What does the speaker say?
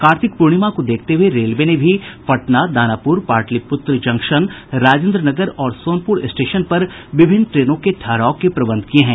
कार्तिक प्रर्णिमा को देखते हुए रेलवे ने भी पटना दानापूर पाटलिपूत्र जंक्शन राजेन्द्र नगर और सोनपुर स्टेशन पर विभिन्न ट्रेनों के ठहराव के प्रबंध किये हैं